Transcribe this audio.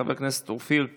חבר הכנסת אופיר כץ,